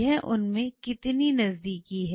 यह उन में कितनी नजदीकी है